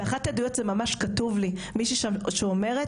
באחת העדויות זה ממש כתוב לי, מישהי שם שאומרת